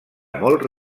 molt